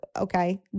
okay